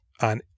On